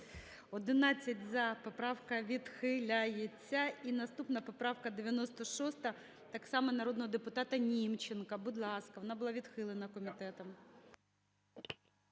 За-11 Поправка відхиляється. І наступна поправка 96-а так само народного депутата Німченка. Будь ласка. Вона була відхилена комітетом.